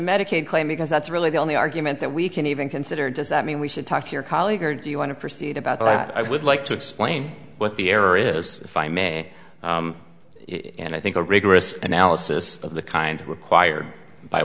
medicaid claim because that's really the only argument that we can even consider does that mean we should talk to your colleague or do you want to proceed about what i would like to explain what the error is if i may and i think a rigorous analysis of the kind required by